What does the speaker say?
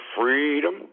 freedom